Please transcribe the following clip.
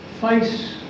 face